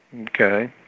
Okay